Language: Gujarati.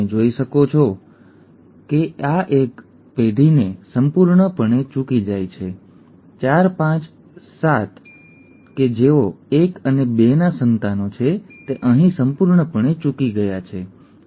તમે જોઈ શકો છો કે આ રોગ એક પેઢીને સંપૂર્ણપણે ચૂકી જાય છે ૪ ૫ અને ૭ કે જેઓ ૧ અને ૨ ના સંતાનો છે તે અહીં સંપૂર્ણપણે ચૂકી ગયા છે ઠીક છે